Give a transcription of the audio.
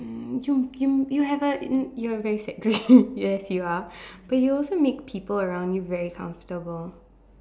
mm you you you have a in you are very sexy yes you are but you also make people around you very comfortable